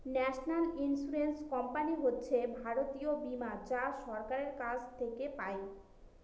national insurance company হচ্ছে জাতীয় বীমা যা সরকারের কাছ থেকে পাই